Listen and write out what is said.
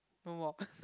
no more